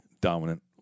dominant